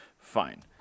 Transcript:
Fine